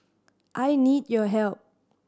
I need your help